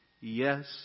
yes